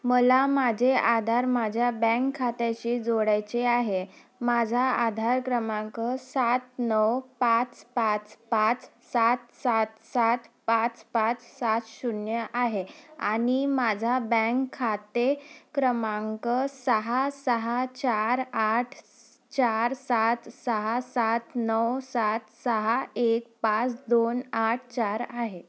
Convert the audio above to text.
मला माझे आधार माझ्या बँक खात्याशी जोडायचे आहे माझा आधार क्रमांक सात नऊ पाच पाच पाच सात सात सात पाच पाच सात शून्य आहे आणि माझा बँक खाते क्रमांक सहा सहा चार आठ चार सात सहा सात नऊ सात सहा एक पाच दोन आठ चार आहे